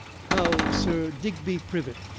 how sir digby privet,